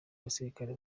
basirikare